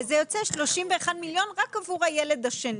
זה יוצא 31 מיליון רק עבור הילד השני.